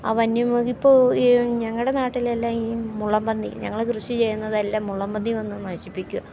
ആ വന്യമൃഗം ഇപ്പോൾ ഞങ്ങളൂടെ നാട്ടിലെല്ലാം ഈ മുള്ളൻപ്പന്നി ഞങ്ങൾ കൃഷി ചെയ്യുന്നതെല്ലാം മുള്ളൻപ്പന്നി വന്നു നശിപ്പിക്കും